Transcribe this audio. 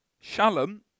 Shalom